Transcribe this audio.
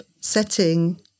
setting